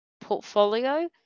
portfolio